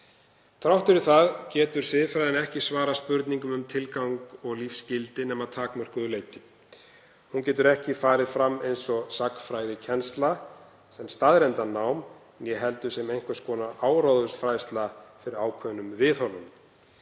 Þrátt fyrir það getur siðfræðin ekki svarað spurningum um tilgang og lífsgildi nema að takmörkuðu leyti. Hún getur ekki farið fram eins og sagnfræðikennsla, sem staðreyndanám, né heldur sem einhvers konar áróðursfærsla fyrir ákveðnum viðhorfum.